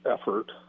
effort